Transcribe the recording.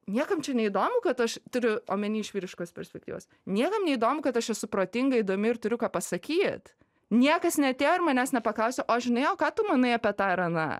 niekam čia neįdomu kad aš turiu omeny iš vyriškos perspektyvos niekam neįdomu kad aš esu protinga įdomi ir turiu ką pasakyt niekas neatėjo ir manęs nepaklausė o žinai o ką tu manai apie tą ar aną